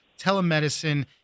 telemedicine